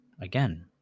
again